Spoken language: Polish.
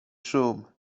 szum